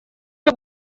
cyo